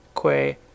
que